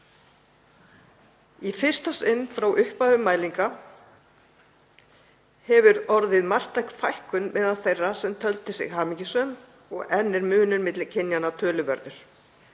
Í fyrsta sinn frá upphafi mælinga hefur orðið marktæk fækkun meðal þeirra sem töldu sig hamingjusöm og enn er munur milli kynjanna töluverður.